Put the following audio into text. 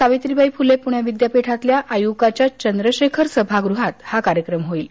सावित्रीबाई फुले पुणे विद्यापीठातील आयुकाच्या चंद्रशेखर सभाग्रहात हा कार्यक्रम होईल